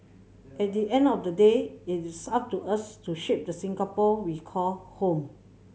at the end of the day it is up to us to shape the Singapore we call home